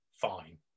fine